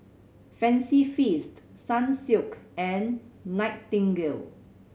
Fancy Feast Sunsilk and Nightingale